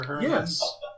Yes